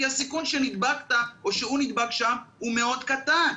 כי הסיכוי שנדבקת או שהוא נדבק שם הוא מאוד קטן.